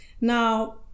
Now